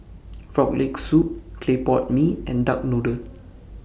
Frog Leg Soup Clay Pot Mee and Duck Noodle